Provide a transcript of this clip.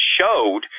showed